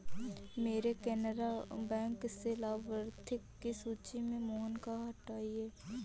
मेरे केनरा बैंक से लाभार्थियों की सूची से मोहन को हटाइए